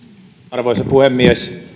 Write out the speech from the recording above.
arvoisa puhemies